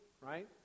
right